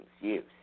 use